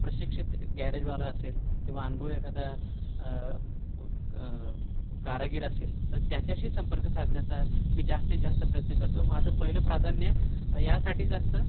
प्रशिक्षित गॅरेजवाला असेल किंवा अनुभवी एखादा कारागीर असेल तर त्याच्याशी संपर्क साधण्याचा मी जास्तीत जास्त प्रयत्न करतो माझं पहिलं प्राधान्य यासाठीच असतं